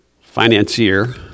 Financier